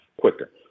quicker